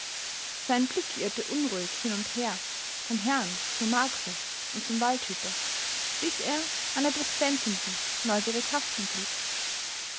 sein blick irrte unruhig hin und her vom herrn zur marcsa und zum waldhüter bis er an etwas glänzendem neugierig haften blieb